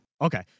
okay